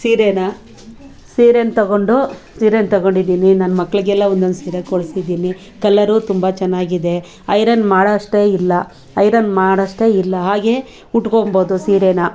ಸೀರೆನ್ನು ಸೀರೆನ್ನು ತೊಗೊಂಡು ಸೀರೆನ್ನು ತೊಗೊಂಡಿದ್ದೀನಿ ನನ್ನ ಮಕ್ಕಳಿಗೆಲ್ಲ ಒಂದೊಂದು ಸೀರೆ ಕೊಡ್ಸಿದ್ದೀನಿ ಕಲರು ತುಂಬ ಚೆನ್ನಾಗಿದೆ ಐರನ್ ಮಾಡೋಷ್ಟೇ ಇಲ್ಲ ಐರನ್ ಮಾಡೋಷ್ಟೇ ಇಲ್ಲ ಹಾಗೆ ಉಟ್ಕೋಬೋದು ಸೀರೆನ